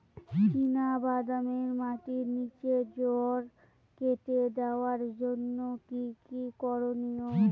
চিনা বাদামে মাটির নিচে জড় কেটে দেওয়ার জন্য কি কী করনীয়?